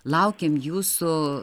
laukiam jūsų